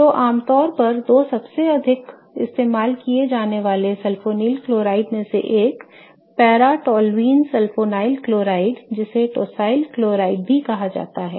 तो आमतौर पर दो सबसे अधिक इस्तेमाल किए जाने वाले सल्फोनील क्लोराइड में से एक हैं पैरा टोल्यूनि सल्फोनील क्लोराइड जिसे tosyl क्लोराइड भी कहा जाता है